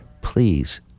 please